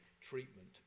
treatment